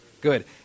good